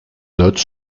note